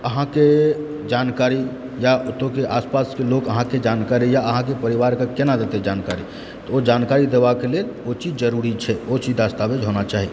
अहाँके ओ जानकारी या ओतएके आसपास लोग अहाँके जानकार यऽ अहाँके परिवारके केना देतय जानकारी त ओ जानकारी देबाक लेल ओ चीज जरुरी छै ओ चीज दस्तावेज होना चाही